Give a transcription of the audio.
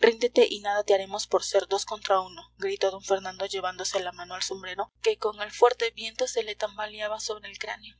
ríndete y nada te haremos por ser dos contra uno gritó d fernando llevándose la mano al sombrero que con el fuerte viento se le tambaleaba sobre el cráneo